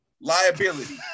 liability